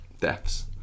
Deaths